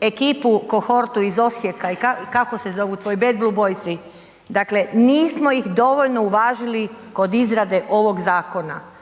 ekipu Kohortu iz Osijeka i kako se zovu tvojio, Bad Blue Boysi. Dakle, nismo ih dovoljno uvažili kod izrade ovog zakona.